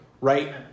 right